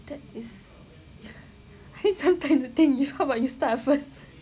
that is I need some time to think how about you start first